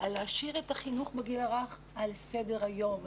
ועל השארת החינוך לגיל הרך על סדר היום.